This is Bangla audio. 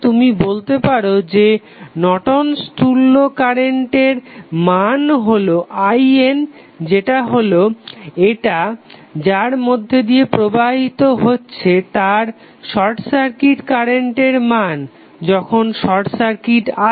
তুমি বলতে পারো যে নর্টন'স তুল্য কারেন্টের Nortons equivalent current মান হলো IN যেটা হলো এটা যার মধ্যে দিয়ে প্রবাহিত হচ্ছে তার শর্ট সার্কিট কারেন্টের মান যখন শর্ট সার্কিট আছে